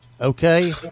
okay